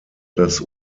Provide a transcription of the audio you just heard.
das